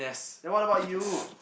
then what about you